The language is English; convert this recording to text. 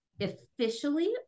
officially